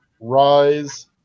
rise